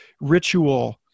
ritual